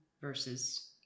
versus